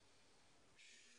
האוצר,